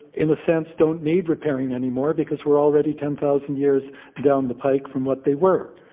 in a sense, don't need repairing anymore because we're already ten thousand years down the pike from what they were.